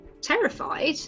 terrified